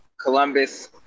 Columbus